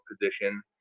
position